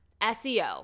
SEO